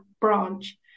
branch